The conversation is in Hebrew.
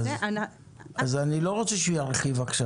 אז אני לא רוצה שהוא ירחיב עכשיו,